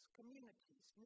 communities